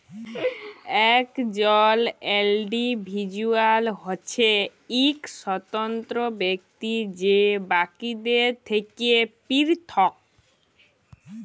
একজল ইল্ডিভিজুয়াল হছে ইক স্বতন্ত্র ব্যক্তি যে বাকিদের থ্যাকে পিরথক